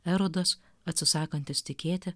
erodas atsisakantis tikėti